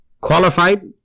qualified